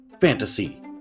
Fantasy